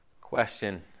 question